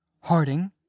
Harding